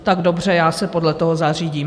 Tak dobře, já se podle toho zařídím.